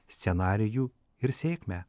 scenarijų ir sėkmę